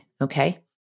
okay